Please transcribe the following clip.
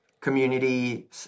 community